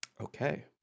Okay